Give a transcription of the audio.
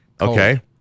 Okay